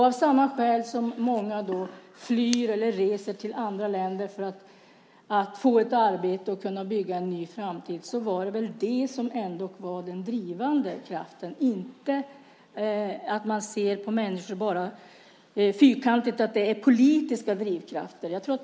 Av samma skäl som gör att många flyr eller reser till andra länder för att få ett arbete och kunna bygga en ny framtid fanns här den drivande kraften. Man ska inte bara se fyrkantigt på människor och säga att det var politiska drivkrafter.